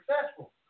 successful